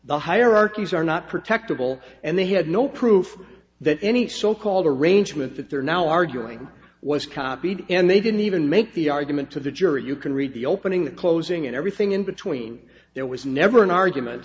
the hierarchies are not protected will and they had no proof that any so called arrangement that they're now arguing was copied and they didn't even make the argument to the jury you can read the opening the closing and everything in between there was never an argument